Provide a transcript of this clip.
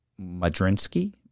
Madrinsky